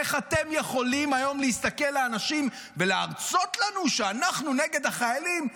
איך אתם יכולים היום להסתכל על אנשים ולהרצות לנו שאנחנו נגד החיילים,